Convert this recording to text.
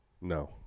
No